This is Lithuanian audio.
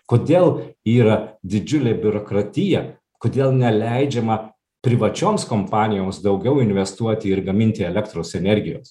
kodėl yra didžiulė biurokratija kodėl neleidžiama privačioms kompanijoms daugiau investuoti ir gaminti elektros energijos